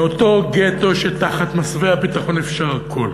מאותו גטו, שתחת מסווה הביטחון אפשר הכול.